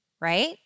Right